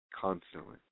constantly